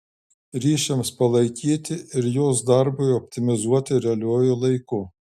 ryšiams palaikyti ir jos darbui optimizuoti realiuoju laiku